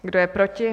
Kdo je proti?